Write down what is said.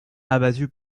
abattu